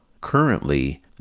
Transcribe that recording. Currently